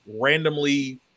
randomly